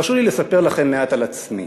הרשו לי לספר לכם מעט על עצמי.